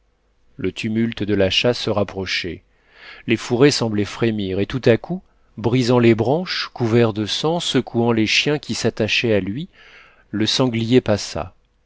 le tumulte de la chasse se rapprochait les fourrés semblaient frémir et tout à coup brisant les branches couvert de sang secouant les chiens qui s'attachaient à lui le sanglier passa